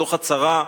בתוך הצרה,